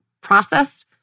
process